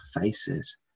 faces